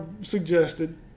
suggested